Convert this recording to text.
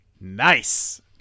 Nice